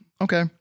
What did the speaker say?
Okay